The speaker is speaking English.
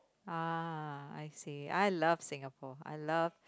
ah I see I love Singapore I love